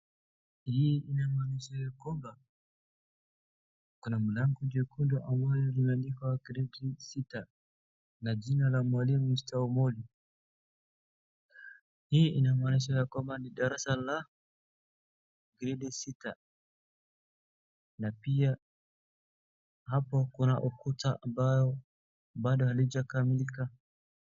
Hii inamaanisha ya kwamba kuna mlango jekundu ambalo limeandikwa gredi sita na jina la mwalimu Mr Omondi. Hii inamaanisha ya kwamba ni darasa la gredi sita na pia hapo kuna ukuta ambao bado halijakamilika.